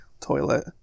toilet